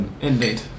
Indeed